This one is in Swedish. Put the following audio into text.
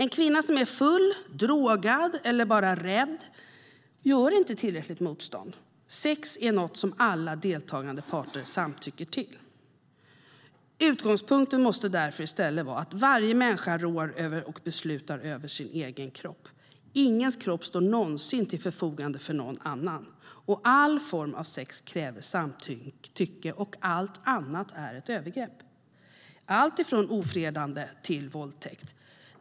En kvinna som är full, drogad eller bara rädd gör inte tillräckligt motstånd. Sex är något som alla deltagande parter samtycker till. Utgångspunkten måste därför i stället vara att varje människa rår och beslutar över sin egen kropp. Ingens kropp står någonsin till förfogande för någon annan. All form av sex kräver samtycke. Allt annat är ett övergrepp, alltifrån ofredande till våldtäkt.